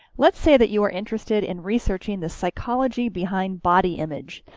let's say that you are interested in researching the psychology behind body image,